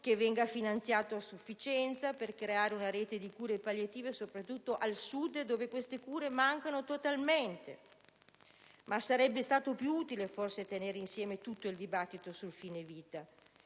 testo, finanziato a sufficienza, per creare una rete di cure palliative, soprattutto al Sud dove mancano totalmente. Ma sarebbe stato più utile forse tenere insieme tutto il dibattito sul fine vita